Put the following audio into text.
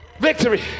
Victory